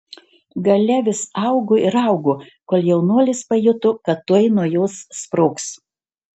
galia vis augo ir augo kol jaunuolis pajuto kad tuoj nuo jos sprogs